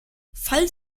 falls